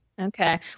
Okay